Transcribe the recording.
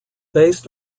based